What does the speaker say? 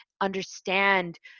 understand